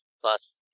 Plus